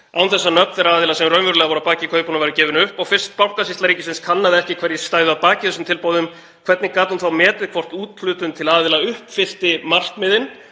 án þess að nöfn þeirra aðila sem raunverulega voru að baki kaupunum væru gefin upp. Og fyrst Bankasýsla ríkisins kannaði ekki hverjir stæðu að baki þessum tilboðum, hvernig gat hún þá metið hvort úthlutun til aðila uppfyllti markmiðin